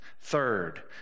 Third